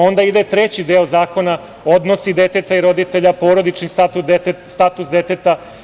Onda ide treći deo zakona – odnosi deteta i roditelja, porodični status deteta.